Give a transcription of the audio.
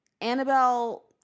Annabelle